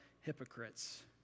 hypocrites